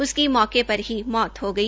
उसकी मौके पर ही मौत हो गई